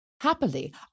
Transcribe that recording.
Happily